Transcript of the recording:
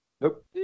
Nope